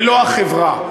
ולא החברה.